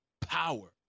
power